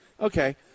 Okay